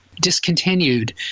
discontinued